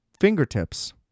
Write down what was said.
fingertips